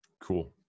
cool